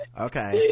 Okay